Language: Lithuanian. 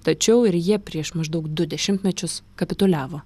tačiau ir jie prieš maždaug du dešimtmečius kapituliavo